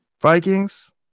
Vikings